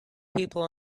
people